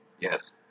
Yes